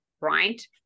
Right